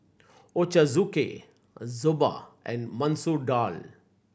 Ochazuke Soba and Masoor Dal